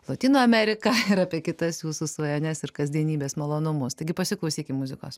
lotynų ameriką ir apie kitas jūsų svajones ir kasdienybės malonumus taigi pasiklausykim muzikos